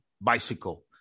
bicycle